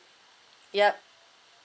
yup